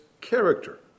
character